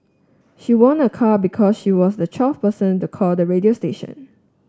she won a car because she was the twelfth person to call the radio station